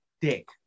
dick